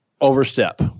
overstep